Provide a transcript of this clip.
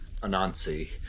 Anansi